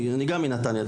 אני גם מנתניה,